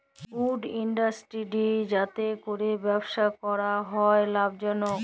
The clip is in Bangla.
উড ইলডাসটিরি যাতে ক্যরে ব্যবসা ক্যরা হ্যয় লাভজলক